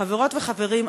חברות וחברים,